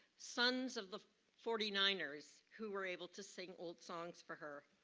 sons of the forty nine ers who were able to sing old songs for her.